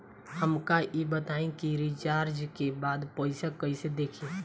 हमका ई बताई कि रिचार्ज के बाद पइसा कईसे देखी?